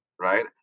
right